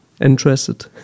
interested